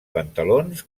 pantalons